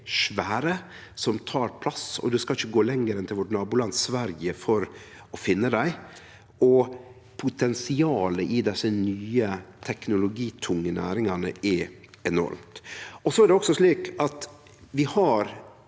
som tek plass. Ein skal ikkje gå lenger enn til vårt naboland Sverige for å finne dei. Potensialet i desse nye teknologitunge næringane er enormt. Det er også slik at vi har